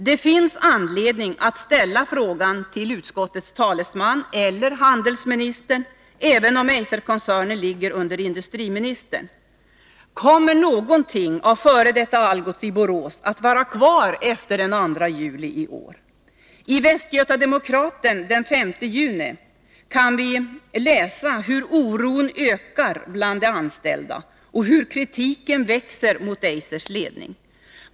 Det finns anledning att ställa frågan till utskottets talesman eller till handelsministern, även om Eiserkoncernen ligger under industriministern: I Västgöta-Demokraten den 5 juni kan vi läsa hur oron ökar bland de anställda och hur kritiken växer mot Eisers ledning.